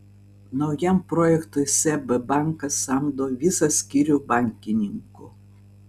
naujam projektui seb bankas samdo visą skyrių bankininkų